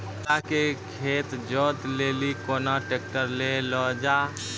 केला के खेत जोत लिली केना ट्रैक्टर ले लो जा?